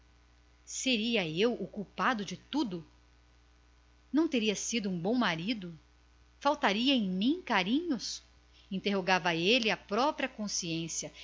seria eu o culpado de tudo não teria cumprido com os meus deveres de bom esposo seriam insuficientes os meus carinhos interrogava ele à própria consciência